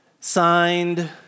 Signed